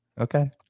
Okay